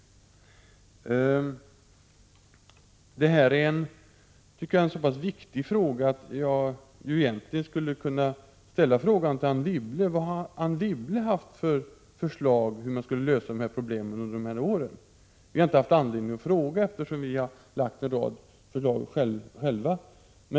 Detta är en så pass viktig fråga att jag egentligen skulle vilja fråga Anne Wibble vilka förslag hon har kommit med under de här åren för att lösa dessa problem. Vi har inte haft anledning att ställa frågan tidigare, eftersom vi har lagt fram en rad förslag själva.